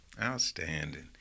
Outstanding